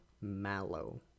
Mallow